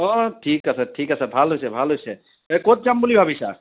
অ' ঠিক আছে ঠিক আছে ভাল হৈছে ভাল হৈছে ক'ত যাম বুলি ভাবিছা